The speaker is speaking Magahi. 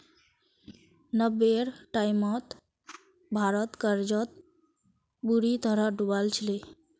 नब्बेर टाइमत भारत कर्जत बुरी तरह डूबाल छिले